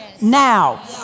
now